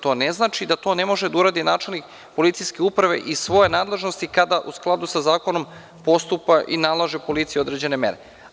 To ne znači da to ne može da uradi načelnik policijske uprave iz svoje nadležnosti kada u skladu sa zakonom postupa i nalaže policiji određene mere.